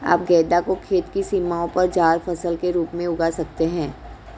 आप गेंदा को खेत की सीमाओं पर जाल फसल के रूप में उगा सकते हैं